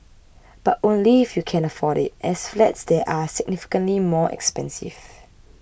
but only if you can afford it as flats there are significantly more expensive